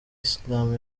islam